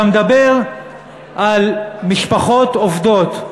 אתה מדבר על משפחות עובדות,